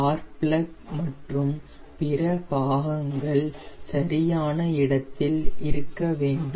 spark plug மற்றும் பிற பாகங்கள் சரியான இடத்தில் இருக்க வேண்டும்